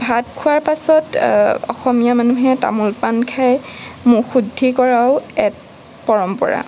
ভাত খোৱাৰ পিছত অসমীয়া মানুহে তামোল পাণ খায় মুখ শুদ্ধি কৰাও এক পৰম্পৰা